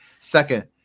Second